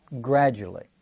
gradually